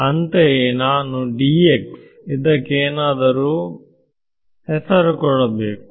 ಅಂತೆಯೇ ನಾನು ಇದಕ್ಕೆ ಏನಾದರೂ ಹೆಸರು ಕೊಡಬೇಕು